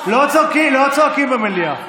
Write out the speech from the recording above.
לא צועקים במליאה.